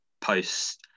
posts